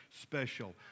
special